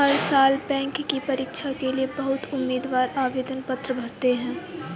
हर साल बैंक की परीक्षा के लिए बहुत उम्मीदवार आवेदन पत्र भरते हैं